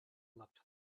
looked